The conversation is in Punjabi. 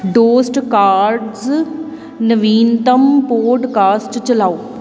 ਡੋਸਟਕਾਸਟ ਨਵੀਨਤਮ ਪੋਡਕਾਸਟ ਚਲਾਓ